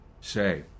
Say